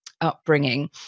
upbringing